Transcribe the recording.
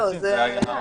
לא.